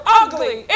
ugly